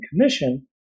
commission